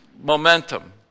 momentum